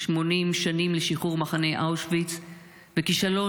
80 שנים לשחרור מחנה אושוויץ וכישלון